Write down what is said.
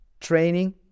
training